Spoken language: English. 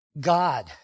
God